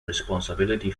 responsibility